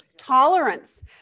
tolerance